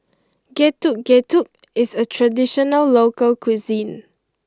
Getuk Getuk is a traditional local cuisine